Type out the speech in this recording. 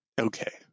Okay